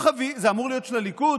זה אמור להיות של הליכוד?